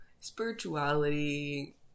spirituality